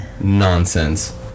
nonsense